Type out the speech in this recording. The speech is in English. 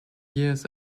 years